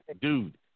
Dude